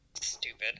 Stupid